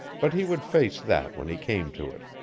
but he would face that when he came to it.